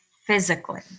Physically